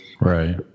Right